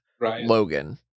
Logan